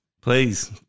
Please